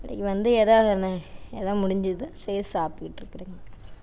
வேலைக்கு வந்து எதாவது என்ன எதாது முடிஞ்சது செய்ய சாப்பிட்டுகிட்ருக்கறேங்க